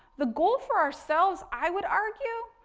the goal for ourselves, i would argue,